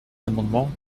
l’amendement